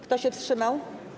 Kto się wstrzymał?